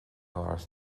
áras